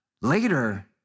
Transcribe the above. Later